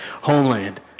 Homeland